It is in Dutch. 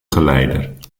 geleider